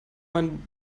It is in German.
man